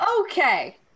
Okay